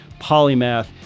polymath